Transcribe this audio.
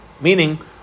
meaning